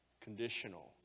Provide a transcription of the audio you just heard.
conditional